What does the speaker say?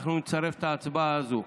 ואנחנו נצרף את ההצבעה הזו.